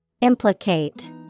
Implicate